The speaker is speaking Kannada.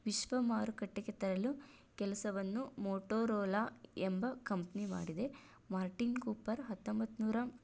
ವಿಶ್ವ ಮಾರುಕಟ್ಟೆಗೆ ತರಲು ಕೆಲಸವನ್ನು ಮೊಟೊರೊಲಾ ಎಂಬ ಕಂಪನಿ ಮಾಡಿದೆ ಮಾರ್ಟಿನ್ ಕೂಪರ್ ಹತ್ತೊಂಬತ್ತ್ನೂರ